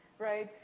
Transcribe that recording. right?